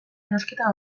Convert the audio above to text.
erosketa